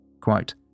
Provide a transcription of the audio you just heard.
Quote